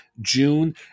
June